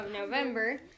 November